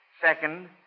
second